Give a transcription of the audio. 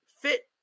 fit